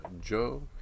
Joe